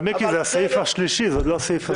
מיקי, זה הסעיף השלישי, זה עוד לא הסעיף הזה.